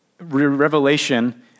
revelation